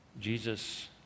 Jesus